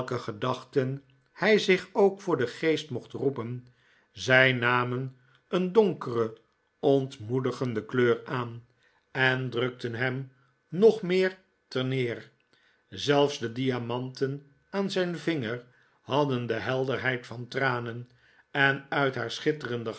welke gedachten hij zich ook voor den geest mocht roepen zij namen een donkere ontmoedigende kleur aan en drukten hem nog meer terneer zelfs de diamanten aan zijn vinger hadden de helderheid van tranen en uit haar